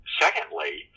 Secondly